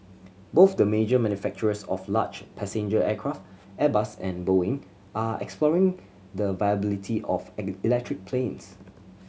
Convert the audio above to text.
both the major manufacturers of large passenger aircraft Airbus and Boeing are exploring the viability of electric planes